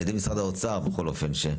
על ידי משרד האוצר בכל אופן,